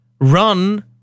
Run